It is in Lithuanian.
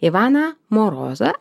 ivaną morozą